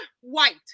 white